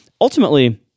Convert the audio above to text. ultimately